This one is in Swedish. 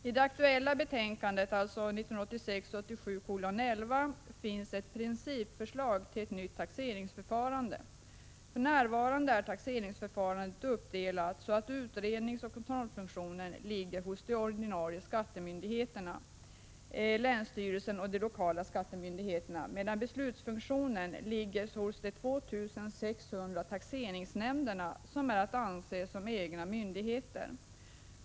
I det aktuella betänkandet, 1986 87:50 kontrollfunktionen ligger hos de ordinarie skattemyndigheterna —länsstyrel 16 december 1986 sen och de lokala skattemyndigheterna — medan beslutsfunktionen liggerhos = Zu de 2 600 taxeringsnämnderna, som är att anse som egna myndigheter.